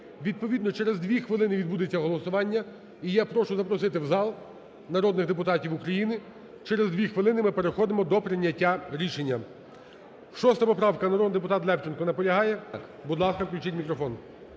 відповідно через дві хвилини відбудеться голосування. І я прошу запросити в зал народних депутатів України, через дві хвилини ми переходимо до прийняття рішення. 6 поправка, народний депутат Левченко. Наполягає? Будь ласка, включіть мікрофон.